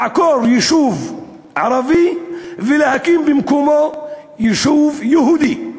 לעקור יישוב ערבי ולהקים במקומו יישוב יהודי?